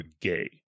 gay